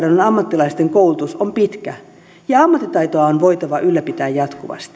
ammattilaisten koulutus on pitkä ja ammattitaitoa on voitava ylläpitää jatkuvasti